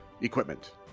equipment